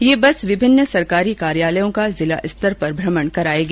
ये बस विभिन्न सरकारी कार्यालयों का जिला स्तर पर भ्रमण करायेगी